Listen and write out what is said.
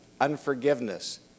unforgiveness